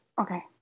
Okay